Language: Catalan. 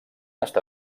està